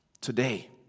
Today